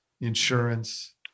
insurance